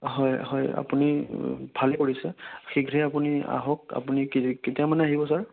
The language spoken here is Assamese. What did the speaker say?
হয় হয় আপুনি ভালেই কৰিছে শীঘ্ৰেই আপুনি আহক আপুনি কেতিয়া মানে আহিব ছাৰ